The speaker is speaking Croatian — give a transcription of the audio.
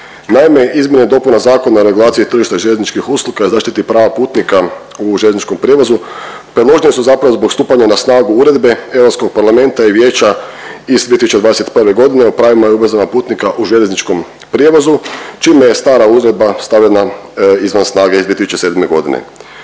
Naime, izmjene i dopune Zakona o regulaciji tržišta željezničkih usluga i zaštiti prava putnika u željezničkom prijevozu predložene su zapravo zbog stupanja na snagu Uredbe Europskog parlamenta i Vijeća iz 2021.g. o pravima i obvezama putnika u željezničkom prijevozu čime je stara uredba stavljena izvan snage iz 2007.g..